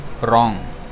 wrong